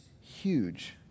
huge